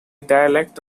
dialect